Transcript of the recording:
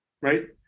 right